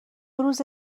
روز